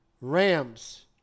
Rams